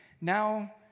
now